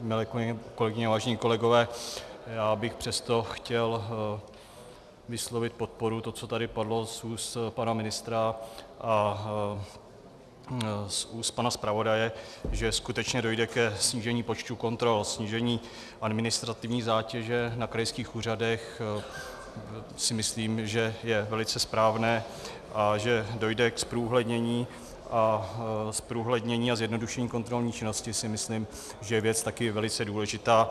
Milé kolegyně, vážení kolegové, já bych přesto chtěl vyslovit podporu tomu, co tady padlo z úst pana ministra a z úst pana zpravodaje, že skutečně dojde ke snížení počtu kontrol, snížení administrativní zátěže na krajských úřadech si myslím, že je velice správné, a že dojde ke zprůhlednění a k zjednodušení kontrolní činnosti, což si myslím, že je věc taky velice důležitá.